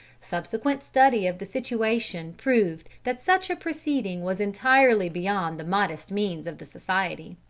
subsequent study of the situation proved that such a proceeding was entirely beyond the modest means of the society.